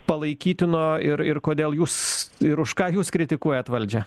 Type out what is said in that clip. palaikytino ir ir kodėl jūs ir už ką jūs kritikuojat valdžią